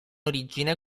origine